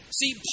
See